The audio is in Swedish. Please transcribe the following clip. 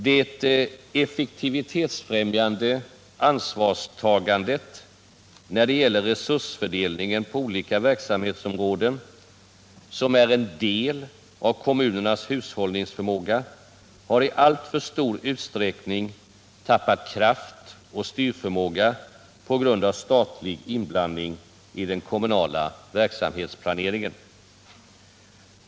Det effektivitetsfrämjande ansvarstagandet när det gäller resursfördelningen på olika verksamhetsområden, som är en del av kommunernas hushållningsförmåga, har i alltför stor utsträckning tappat kraft och styrförmåga på grund av statlig inblandning i den kommunala verksamhetsplaneringen.